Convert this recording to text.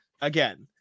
again